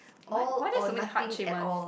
all or nothing at all